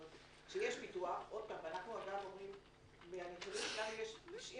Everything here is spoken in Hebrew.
כלומר, כשיש ביטוח ועל פי הנתונים שלנו